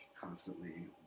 constantly